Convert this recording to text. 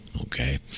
Okay